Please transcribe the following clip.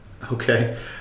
Okay